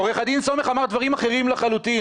עורך הדין סומך אמר דברים אחרים לחלוטין.